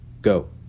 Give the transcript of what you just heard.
go